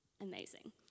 Amazing